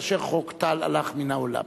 כאשר חוק טל הלך מן העולם,